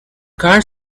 car